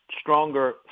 stronger